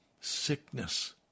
sickness